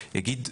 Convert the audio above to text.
יגיד,